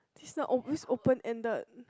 this not ope~ this open ended